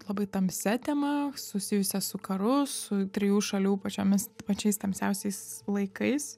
labai tamsia tema susijusia su karu su trijų šalių pačiomis pačiais tamsiausiais laikais